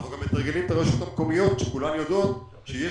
אנחנו גם מתרגלים את הרשויות המקומיות שכולן יודעות שיש